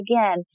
again